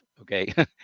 okay